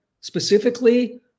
specifically